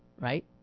Right